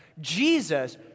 Jesus